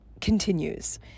continues